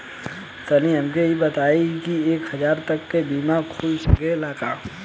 तनि हमके इ बताईं की एक हजार तक क बीमा खुल सकेला का?